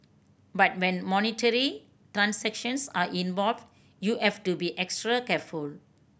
but when monetary transactions are involved you have to be extra careful